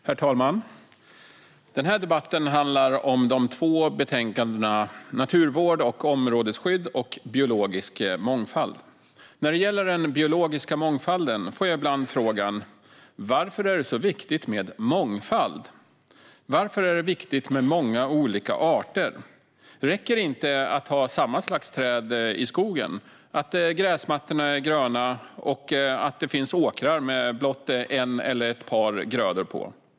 Herr talman! Den här debatten handlar om de två betänkandena Naturvård och områdesskydd och Biologisk mångfald . När det gäller den biologiska mångfalden får jag ibland frågorna: Varför är det så viktigt med mångfald? Varför är det viktigt med många olika arter? Räcker det inte att ha samma slags träd i skogen, att det finns gröna gräsmattor och åkrar med blott en eller ett par grödor?